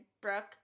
Brooke